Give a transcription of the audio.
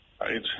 right